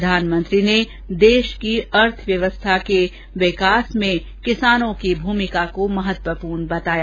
प्रधानमंत्री ने देश की अर्थव्यस्था के विकास में किसानों की भूमिका को महत्वपूर्ण बताया